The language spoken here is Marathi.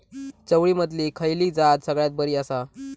चवळीमधली खयली जात सगळ्यात बरी आसा?